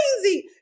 crazy